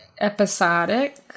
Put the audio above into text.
Episodic